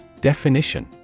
Definition